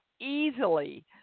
easily